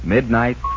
Midnight